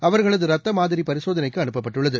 அவர்களது ரத்தமாதிரி பரிசோதனைக்கு அனுப்பப்பட்டுள்ளது